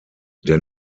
der